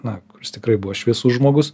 na kuris tikrai buvo šviesus žmogus